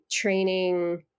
training